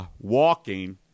walking